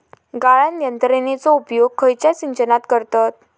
गाळण यंत्रनेचो उपयोग खयच्या सिंचनात करतत?